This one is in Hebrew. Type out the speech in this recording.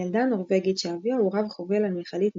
ילדה נורווגית שאביה הוא רב חובל על מכלית נפט,